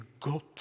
God